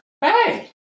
Hey